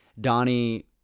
Donnie